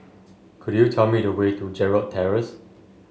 could you tell me the way to Gerald Terrace